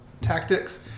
tactics